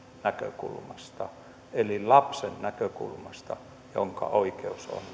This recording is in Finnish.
näkökulmasta eli lapsen näkökulmasta jonka oikeus on